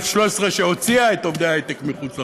ב-13א הוציאו את עובדי ההייטק אל מחוץ לחוק,